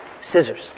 Scissors